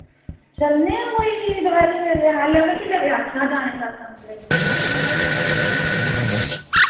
चलने आं कोई दपैह्री बेल्ले हाले उ'नैं किन्ने बजे आखेआ हा जाने सतसंग लेई